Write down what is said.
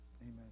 amen